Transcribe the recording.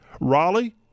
Raleigh